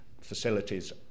facilities